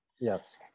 Yes